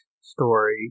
story